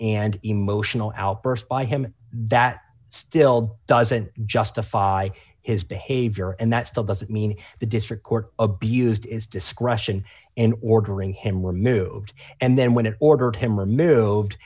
and emotional outburst by him that still doesn't justify his behavior and that still doesn't mean the district court abused its discretion in ordering him removed and then when it ordered him or miro ved